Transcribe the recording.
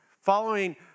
Following